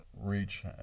reach